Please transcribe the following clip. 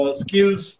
skills